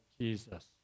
Jesus